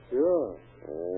Sure